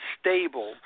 stable